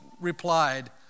replied